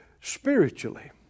Spiritually